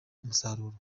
umusaruro